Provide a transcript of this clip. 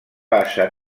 passa